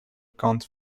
kant